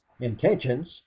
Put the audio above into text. intentions